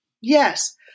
Yes